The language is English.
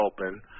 open